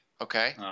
Okay